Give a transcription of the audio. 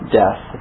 death